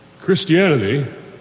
Christianity